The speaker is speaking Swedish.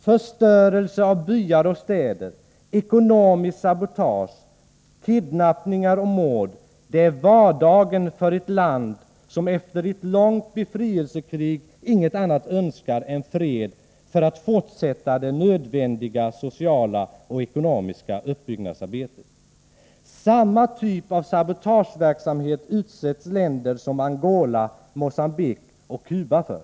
Förstörelse av byar och städer, ekonomiskt sabotage, kidnappningar och mord — det är vardagen för ett land som efter ett långt befrielsekrig inget annat önskar än fred för att fortsätta det nödvändiga sociala och ekonomiska uppbyggnadsarbetet. Samma typ av sabotageverksamhet utsätts länder som Angola, Mogambique och Cuba för.